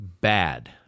bad